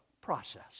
process